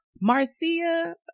Marcia